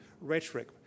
rhetoric